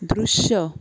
दृश्य